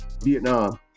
Vietnam